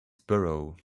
borough